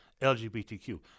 LGBTQ